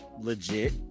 legit